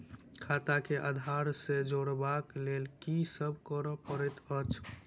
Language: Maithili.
खाता केँ आधार सँ जोड़ेबाक लेल की सब करै पड़तै अछि?